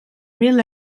mil